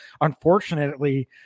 Unfortunately